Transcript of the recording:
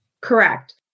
Correct